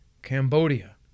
Cambodia